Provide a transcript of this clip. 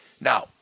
Now